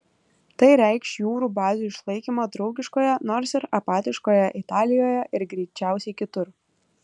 tai reikš jūrų bazių išlaikymą draugiškoje nors ir apatiškoje italijoje ir greičiausiai kitur